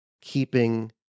keeping